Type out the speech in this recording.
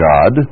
God